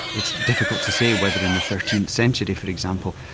it's difficult to say whether in the thirteenth century for example,